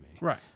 right